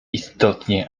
istotnie